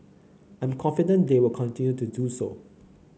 I'm confident they will continue to do so